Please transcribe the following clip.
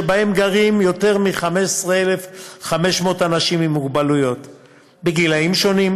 שגרים בהם יותר מ-15,500 אנשים עם מוגבלות בגילים שונים,